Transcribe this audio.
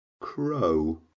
crow